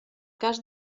cas